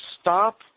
stop